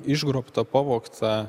išgrobta pavogta